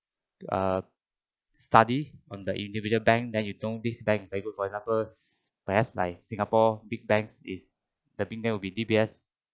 err study on the individual bank then you know this bank very good for example perhaps like singapore big bank is I think will be D_B_S